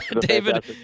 David